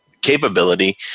capability